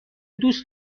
دوست